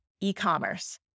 e-commerce